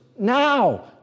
Now